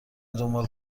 دنبال